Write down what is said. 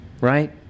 Right